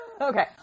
Okay